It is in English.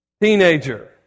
teenager